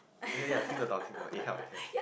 ya ya ya 听得懂听得懂: ting de dong ting de dong it help it help